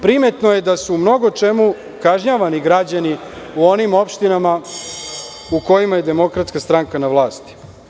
Primetno da su u mnogo čemu kažnjavani građani u onim opštinama u kojima je DS na vlasti.